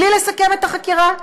בלי לסכם את החקירה?